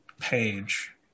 page